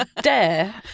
dare